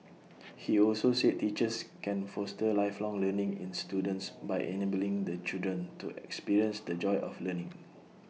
he also said teachers can foster lifelong learning in students by enabling the children to experience the joy of learning